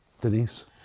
Denise